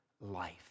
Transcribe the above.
life